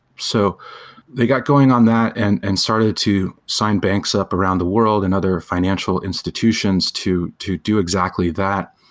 so they got going on that and and started to sign banks up around the world and other financial institutions to to do exactly that.